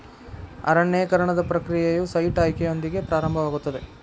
ಅರಣ್ಯೇಕರಣದ ಪ್ರಕ್ರಿಯೆಯು ಸೈಟ್ ಆಯ್ಕೆಯೊಂದಿಗೆ ಪ್ರಾರಂಭವಾಗುತ್ತದೆ